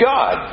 God